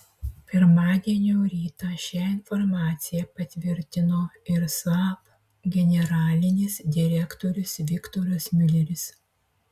pirmadienio rytą šią informaciją patvirtino ir saab generalinis direktorius viktoras miuleris